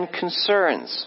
concerns